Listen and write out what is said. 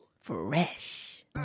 Fresh